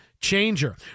changer